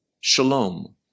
shalom